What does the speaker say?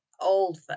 old